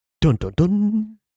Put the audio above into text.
Dun-dun-dun